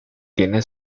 tiene